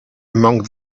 among